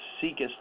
seekest